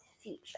future